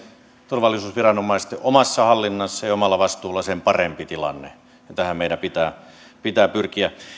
turvallisuusviranomaisten omassa hallinnassa ja omalla vastuulla sen parempi tilanne ja tähän meidän pitää pitää pyrkiä täällä